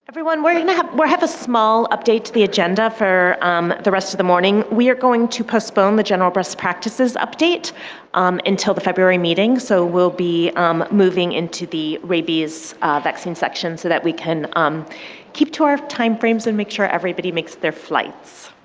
everyone, we're going to have we have a small update to the agenda for um the rest of the morning. we're going to postpone the general best practices update um until the february meeting. so, we'll be moving into the rabies vaccination section so that we can um keep to our timeframes and make sure everybody makes their flights.